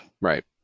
Right